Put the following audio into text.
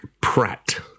Pratt